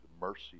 mercy